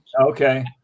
Okay